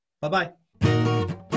Bye-bye